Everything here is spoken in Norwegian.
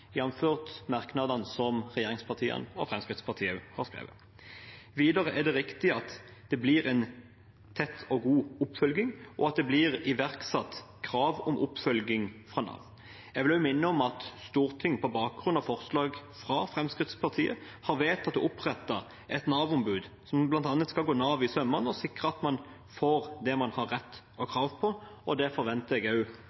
merknadene som regjeringspartiene og Fremskrittspartiet har skrevet. Videre er det riktig at det blir en tett og god oppfølging, og at det blir iverksatt krav om oppfølging fra Nav. Jeg vil også minne om at Stortinget på bakgrunn av forslag fra Fremskrittspartiet har vedtatt å opprette et Nav-ombud, som bl.a. skal gå Nav etter i sømmene og sikre at man får det man har rett og